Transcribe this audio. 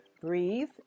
breathe